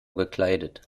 gekleidet